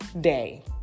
day